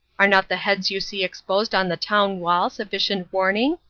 are not the heads you see exposed on the town wall sufficient warning?